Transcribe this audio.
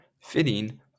fitting